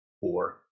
four